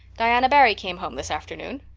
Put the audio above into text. diana barry came home this afternoon.